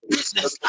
Business